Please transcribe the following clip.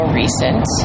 recent